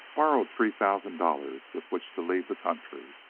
borrowed three thousand dollars with which to leave the country,